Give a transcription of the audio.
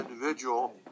individual